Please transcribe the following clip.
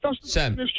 Sam